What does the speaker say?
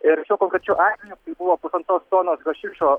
ir šiuo konkrečiu atveju kai buvo pusantros tonos hašišo